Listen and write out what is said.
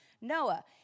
Noah